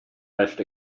fetched